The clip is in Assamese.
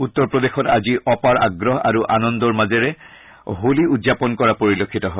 উত্তৰ প্ৰদেশত আজি অপাৰ আগ্ৰহ আৰু আনন্দৰ মাজেৰে হোলী উদযাপন কৰা পৰিলক্ষিত হয়